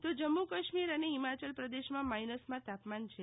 તો જમ્મુ કશ્મીર અને હિમાચલપ્રદેશમાં માઈનસમાં તાપમાન છે